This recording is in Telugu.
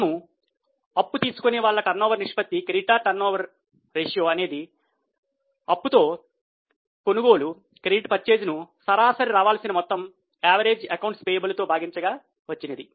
మనకు అప్పు తీసుకునే వాళ్ల టర్నోవర్ నిష్పత్తి తో భాగించగా వచ్చినది